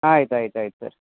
ಆಯ್ತು ಆಯ್ತು ಆಯ್ತು ಸರ್